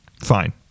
fine